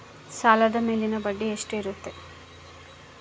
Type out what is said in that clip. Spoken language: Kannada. ಸಾಲದ ಮೇಲಿನ ಬಡ್ಡಿ ಎಷ್ಟು ಇರ್ತೈತೆ?